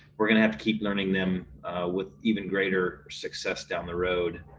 we're going to have to keep learning them with even greater success down the road.